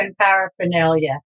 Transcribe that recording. paraphernalia